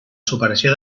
superació